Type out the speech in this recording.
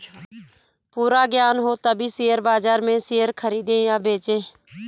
पूरा ज्ञान हो तभी शेयर बाजार में शेयर खरीदे या बेचे